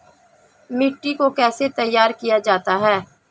मिट्टी को कैसे तैयार किया जाता है?